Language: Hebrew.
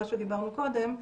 מה שדיברנו קודם,